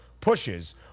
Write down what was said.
pushes